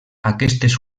aquestes